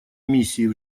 миссии